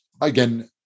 Again